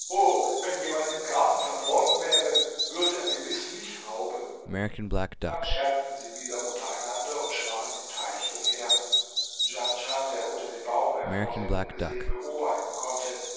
wenn jemand im garten verborgen wäre würde er gewiß mich rauben dann scherzten sie wieder untereinander und schwammen im teich umher djanschah der unter dem baum hervor sie ungesehen beobachten konnte